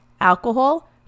Alcohol